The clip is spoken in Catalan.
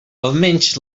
almenys